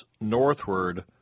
northward